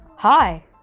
Hi